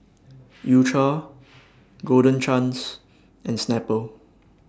U Cha Golden Chance and Snapple